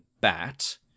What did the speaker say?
bat